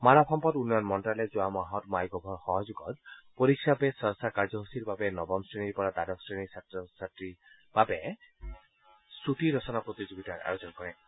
মানৱ সম্পদ উন্নয়ন মন্তালয়ে যোৱা মাহত মাই গভৰ সহযোগত পৰীক্ষা পে চৰ্চা কাৰ্যসূচীৰ বাবে নৱম শ্ৰেণীৰ পৰা দ্বাদশ শ্ৰেণীৰ ছাত্ৰ ছাত্ৰীসকলৰ বাবে ছুটীৰ ৰচনা প্ৰতিযোগিতাৰ আয়োজন কৰিছে